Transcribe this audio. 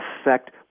affect